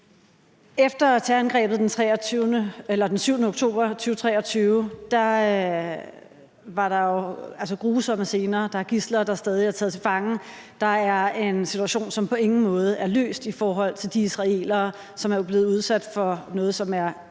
Efter terrorangrebet den 7. oktober 2023 var der jo grusomme scener. Der er gidsler, der stadig er taget til fange. Der er en situation, som på ingen måde er løst, i forhold til de israelere, som er blevet udsat for noget, som er ekstremt